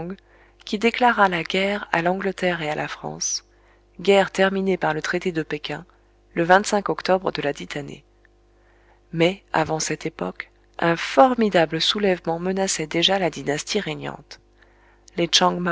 qui déclara la guerre à l'angleterre et à la france guerre terminée par le traité de péking le octobre de ladite année mais avant cette époque un formidable soulèvement menaçait déjà la dynastie régnante les